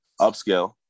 upscale